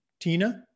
Tina